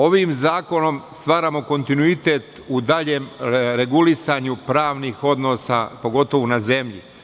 Ovim zakonom stvaramo kontinuitet u daljem regulisanju pravnih odnosa, pogotovu na zemlji.